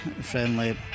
Friendly